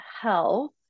health